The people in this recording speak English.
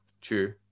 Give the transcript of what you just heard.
True